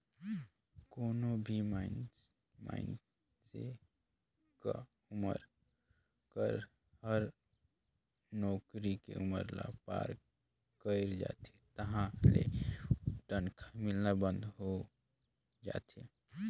कोनो भी मइनसे क उमर हर नउकरी के उमर ल पार कइर जाथे तहां ले तनखा मिलना बंद होय जाथे